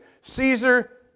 Caesar